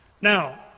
Now